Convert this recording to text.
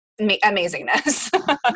amazingness